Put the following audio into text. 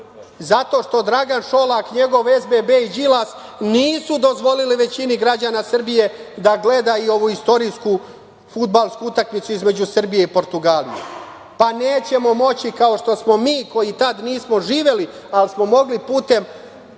zato što Dragan Šolak, njegov SBB i Đilas, nisu dozvolili većini građana Srbije da gledaju ovu istorijsku fudbalsku utakmicu između Srbije i Portugalije. Pa, nećemo moći kao što smo mi koji tad nismo živeli, ali smo mogli putem